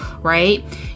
right